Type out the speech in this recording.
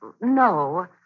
No